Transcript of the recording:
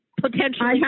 potentially